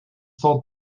sold